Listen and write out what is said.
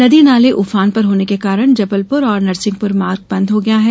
नदी नाले उफान पर होने के कारण जबलप्र और नरसिंहपुर मार्ग बंद हो गया है